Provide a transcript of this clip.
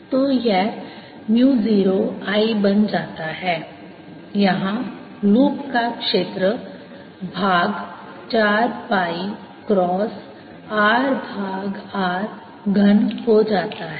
तो यह mu 0 I बन जाता है यहाँ लूप का क्षेत्र भाग 4 पाई क्रॉस r भाग r घन हो जाता है